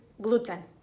gluten